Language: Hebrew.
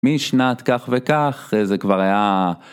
משנת כך וכך זה כבר היה